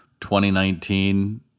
2019